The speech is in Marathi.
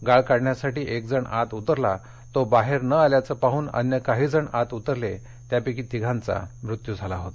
गाळ काढण्यासाठी एकजण आत उतरला तो बाहेर न आल्याचं पाहून अन्य काही जण आत उतरले त्यापैकी तिघांचा मृत्यू झाला होता